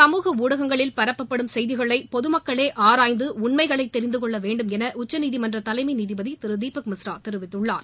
சமூக ஊடகங்களில் பரப்பப்படும் செய்திகளை பொது மக்களே ஆராய்ந்து உண்மைகளைத் தெரிந்து கொள்ள வேண்டுமென் உச்சநீதிமன்ற தலைமை நீதிபதி திரு தீபக் மிஸ்ரா தெரிவித்துள்ளார்